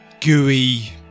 gooey